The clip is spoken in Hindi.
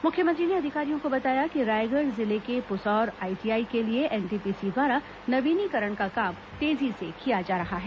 मुख्यमंत्री को अधिकारियों ने बताया कि रायगढ़ जिले के पुसौर आईटीआई के लिए एनटीपीसी द्वारा नवीनीकरण का काम तेजी से किया जा रहा है